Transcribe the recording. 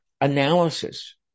analysis